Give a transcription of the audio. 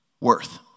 Worth